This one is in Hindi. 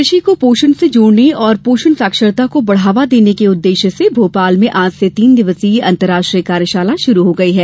कार्यशाला कृषि को पोषण से जोड़ने और पोषण साक्षरता को बढ़ावा देने के उद्देश्य से भोपाल में आज से तीन दिवसीय अंतर्राष्ट्रीय कार्यशाला शुरू हो गई है